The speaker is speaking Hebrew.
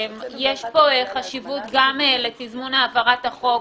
יש פה חשיבות גם לתזמון העברת החוק,